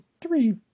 three